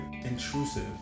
intrusive